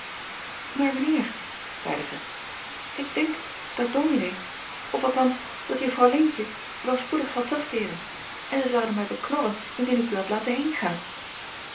maar mijn heer zeide zij ik denk dat dominee of althans dat juffrouw leentje wel spoedig zal terugkeeren en zij zouden mij beknorren indien ik u had laten heengaan